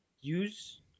use